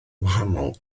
wahanol